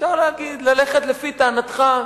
אפשר ללכת לפי טענתך,